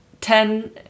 Ten